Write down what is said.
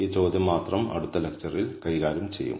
ഈ ചോദ്യം മാത്രം അടുത്ത ലെക്ച്ചറിൽ കൈകാര്യം ചെയ്യും